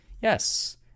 yes